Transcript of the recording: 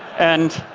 and